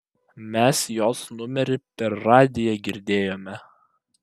mes jos numerį per radiją girdėjome